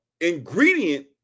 ingredient